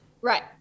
Right